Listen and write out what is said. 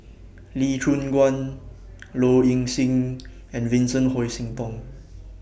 Lee Choon Guan Low Ing Sing and Vincent Hoisington